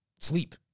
sleep